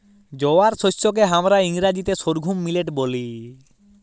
জয়ার শস্যকে হামরা ইংরাজিতে সর্ঘুম মিলেট ব্যলি